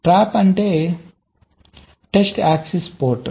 tap అంటే test access port